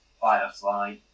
Firefly